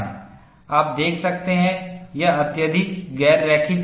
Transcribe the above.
आप देख सकते हैं यह अत्यधिक गैर रैखिक है